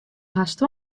hast